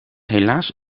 helaas